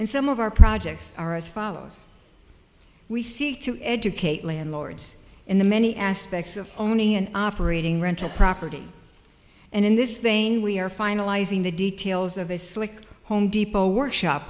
and some of our projects are as follows we seek to educate landlords in the many aspects of owning and operating rental property and in this vein we are finalizing the details of a slick home depot workshop